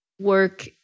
work